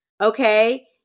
okay